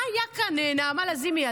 מה היה כאן, נעמה לזימי?